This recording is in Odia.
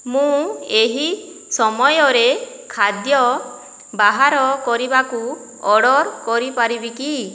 ମୁଁ ଏହି ସମୟରେ ଖାଦ୍ୟ ବାହାର କରିବାକୁ ଅର୍ଡ଼ର କରିପାରିବି କି